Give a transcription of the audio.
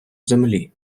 землі